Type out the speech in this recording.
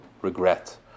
regret